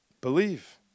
Believe